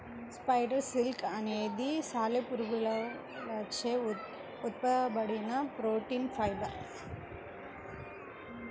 spider silk అనేది సాలెపురుగులచే తిప్పబడిన ప్రోటీన్ ఫైబర్